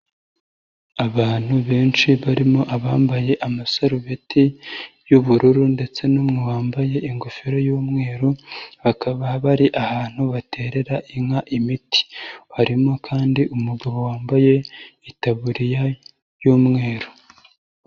Abantu benshi barimo abambaye amasarubeti y'ubururu ndetse n'umwe wambaye ingofero y'umweru, bakaba bari ahantu baterera inka imiti. Harimo kandi umugabo wambaye itaburiya y'umweru.